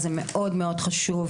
זה מאוד מאוד חשוב,